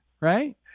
right